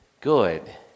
good